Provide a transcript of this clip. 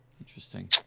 interesting